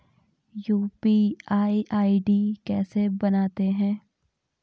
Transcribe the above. UPI ID कैसे बनाते हैं?